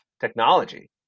technology